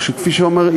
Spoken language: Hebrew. שכפי שהוא אומר,